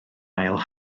ail